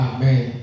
Amen